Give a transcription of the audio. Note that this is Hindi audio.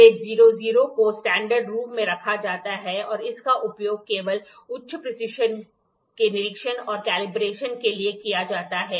ग्रेड 00 को स्टैंडर्ड रूम में रखा जाता है और इसका उपयोग केवल उच्च प्रीसिशन के निरीक्षण और कैलिब्रेशन के लिए किया जाता है